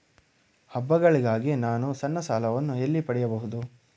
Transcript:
ಹಬ್ಬಗಳಿಗಾಗಿ ನಾನು ಸಣ್ಣ ಸಾಲಗಳನ್ನು ಎಲ್ಲಿ ಪಡೆಯಬಹುದು?